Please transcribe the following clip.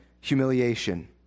humiliation